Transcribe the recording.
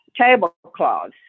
tablecloths